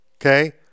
okay